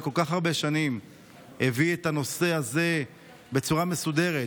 כל כך הרבה שנים הביא את הנושא הזה בצורה מסודרת.